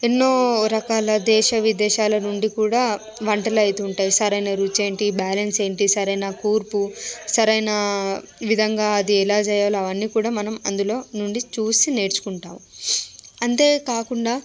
ఎన్నో రకాల దేశ విదేశాల నుండి కూడా వంటలు అవుతూ ఉంటాయి సరైన రుచి ఏమిటి బ్యాలెన్స్ ఏమిటి సరైన కూర్పు సరైన విధంగా అది ఎలా చెయ్యాలో అవన్నీ కూడా మనం అందులో నుండి చూసి నేర్చుకుంటాము అంతేకాకుండా